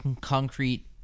concrete